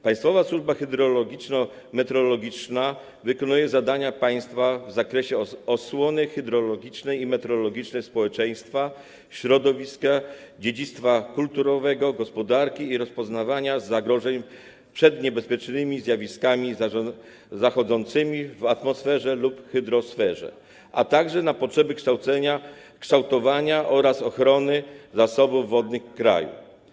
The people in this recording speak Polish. Państwowa służba hydrologiczno-meteorologiczna wykonuje zadania państwa w zakresie osłony hydrologicznej i meteorologicznej społeczeństwa, środowiska, dziedzictwa kulturowego, gospodarki i rozpoznawania zagrożeń przed niebezpiecznymi zjawiskami zachodzącymi w atmosferze lub hydrosferze, a także na potrzeby kształtowania oraz ochrony zasobów wodnych kraju.